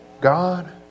God